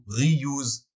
reuse